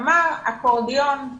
ואמר "אקורדיון".